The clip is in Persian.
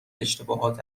اشتباهات